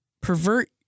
pervert